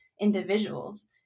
individuals